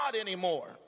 anymore